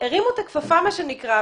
והרימו את הכפפה, מה שנקרא.